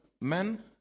Men